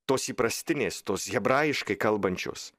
tos įprastinės tos hebrajiškai kalbančios